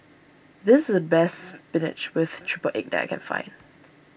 this is the best Spinach with Triple Egg that I can find